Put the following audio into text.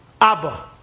Abba